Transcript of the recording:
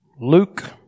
Luke